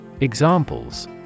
Examples